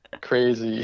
crazy